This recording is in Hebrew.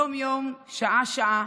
יום-יום, שעה-שעה,